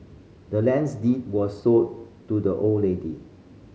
the land's deed was sold to the old lady